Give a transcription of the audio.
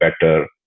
better